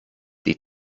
die